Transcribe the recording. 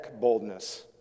boldness